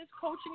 coaching